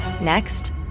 Next